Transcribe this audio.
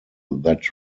that